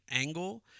angle